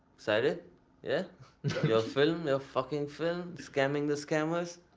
excited? yeah your film, your fucking film scamming the scammers!